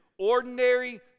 ordinary